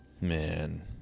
man